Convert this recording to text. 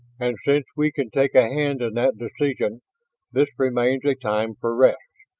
and since we can take a hand in that decision, this remains a time for rest.